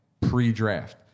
pre-draft